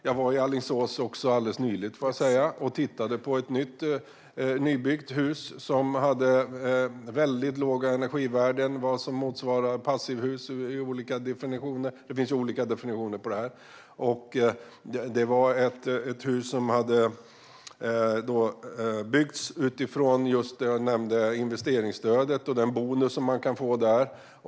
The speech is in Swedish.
Jag var alldeles nyligen i Alingsås och tittade på ett nybyggt hus med väldigt låga energivärden motsvarande passivhus - det finns ju olika definitioner på det här. Det var ett hus som hade byggts utifrån det jag nämnde - investeringsstödet och den bonus som man kan få där.